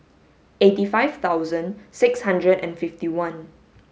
eighty five thousand six hundred and fifty one